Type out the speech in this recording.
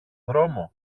δρόμο